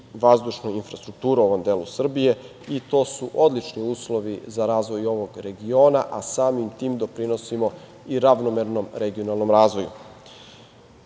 vazdušnu infrastrukturu u ovom delu Srbije. To su odlični uslovi za razvoj ovog regiona, a samim tim doprinosima i ravnomernom regionalnom razvoju.Za